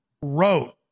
wrote